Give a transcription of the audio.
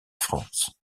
france